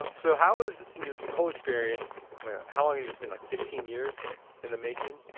um so how is this whole experience how long it has been like fifteen years in the making?